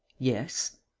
yes,